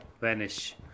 vanish